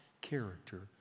character